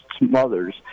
mothers